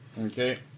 Okay